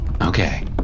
Okay